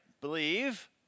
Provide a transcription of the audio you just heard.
Believe